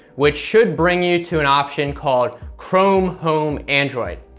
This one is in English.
which should bring you to an option called chrome home android.